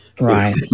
Right